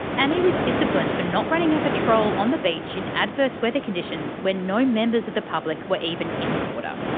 and he was disciplined for not running a patrol on the beach in adverse weather conditions when no members of the public were even in the water.